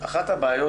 אחת הבעיות